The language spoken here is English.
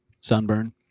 sunburn